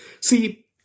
See